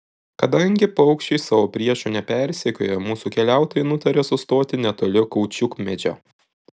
kadangi paukščiai savo priešų nepersekiojo mūsų keliautojai nutarė sustoti netoli kaučiukmedžio